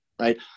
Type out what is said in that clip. right